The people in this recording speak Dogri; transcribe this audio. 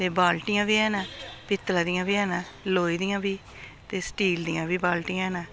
ते बाल्टियां बी हैन पित्तला दियां बी हैन लोई दियां बी ते स्टील दियां बी बाल्टियां हैन